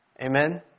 Amen